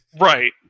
right